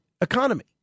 economy